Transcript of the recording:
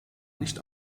nicht